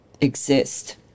exist